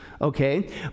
Okay